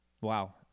Wow